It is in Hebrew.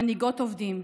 מנהיגות עובדים,